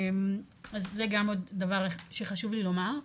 אז זה גם עוד דבר שחשוב לי לומר.